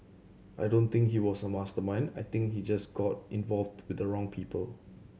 I don't think he was a mastermind I think he just got involved with the wrong people